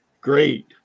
great